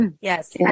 yes